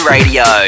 Radio